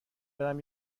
برم